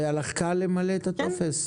והיה לך קל למלא את הטופס?